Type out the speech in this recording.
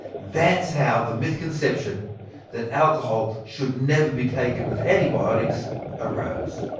that's how the mythconception that alcohol should never be taken with antibiotics arose.